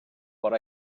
what